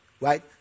Right